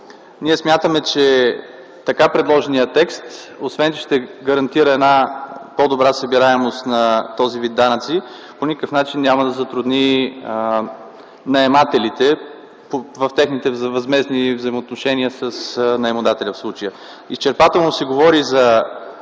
Ние смятаме, че така предложеният текст, освен че ще гарантира по-добра събираемост на този вид данъци, по никакъв начин няма да затрудни наемателите в техните възмездни взаимоотношения, с наемодателя в случая. Изчерпателно се говори за